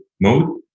mode